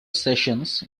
sessions